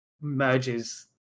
merges